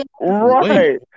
Right